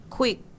quick